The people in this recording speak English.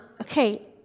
Okay